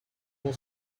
your